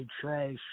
Trash